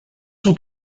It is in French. sont